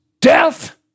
death